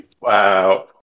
Wow